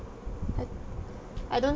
I I don't